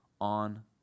on